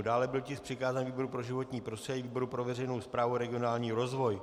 Dále byl tisk přikázán výboru pro životní prostředí, výboru pro veřejnou správu a regionální rozvoj.